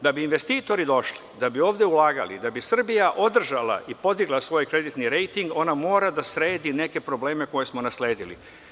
Da bi investitori došli, da bi ovde ulagali, da bi Srbija održala i podigla svoj kreditni rejting ona mora da sredi neke probleme koje smo nasledili.